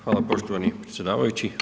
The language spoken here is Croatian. Hvala poštovani predsjedavajući.